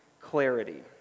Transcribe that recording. clarity